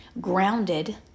grounded